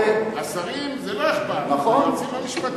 לשרים זה לא אכפת, ליועצים המשפטיים זה אכפת.